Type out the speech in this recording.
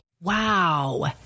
Wow